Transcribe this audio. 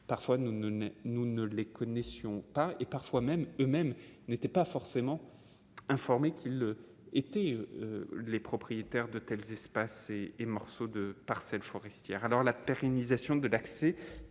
ne ne nous ne les connaissions pas, et parfois même eux-mêmes n'étaient pas forcément informés qu'il était : les propriétaires de tels espaces et et morceaux de parcelles forestières alors la pérennisation de l'accès